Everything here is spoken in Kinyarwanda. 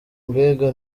mbega